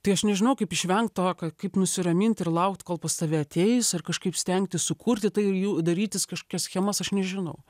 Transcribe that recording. tai aš nežinau kaip išvengt to ka kaip nusiramint ir laukt kol pas tave ateis ar kažkaip stengtis sukurti tai jų darytis kažkokias schemas aš nežinau